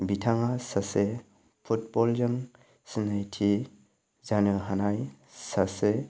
बिथाङा सासे फुटबल जों सिनायथि जानो हानाय सासे